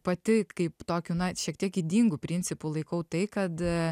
pati kaip tokiu na šiek tiek ydingu principu laikau tai kad